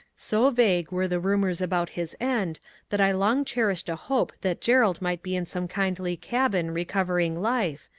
so vague were the rumours about his end that i long cherished a hope that gerald might be in some kindly cabin recovering life,